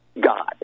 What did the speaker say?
God